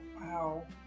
Wow